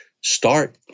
start